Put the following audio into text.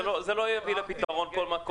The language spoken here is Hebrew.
כל הגחמות האלה לא יביאו לפתרון.